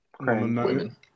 Women